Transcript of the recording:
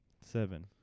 Seven